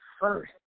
first